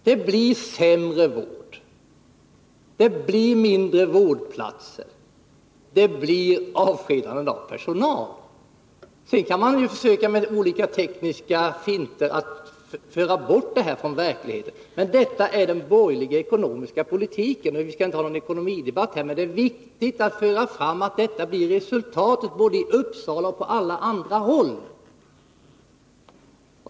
Det blir sämre vård, det blir mindre antal vårdplatser och det blir avskedanden av personal. Sedan kan man försöka att med olika tekniska finter föra bort detta resultat från verkligheten. Men detta är följden av den borgerliga ekonomiska politiken. Vi skall inte ha någon ekonomisk debatt här i dag, men det är viktigt att föra fram vad resultatet blir både i Uppsala och på andra håll.